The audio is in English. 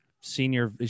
senior